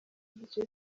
igice